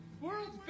World's